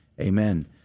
Amen